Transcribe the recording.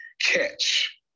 catch